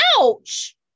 Ouch